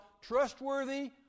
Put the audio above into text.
trustworthy